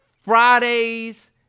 Fridays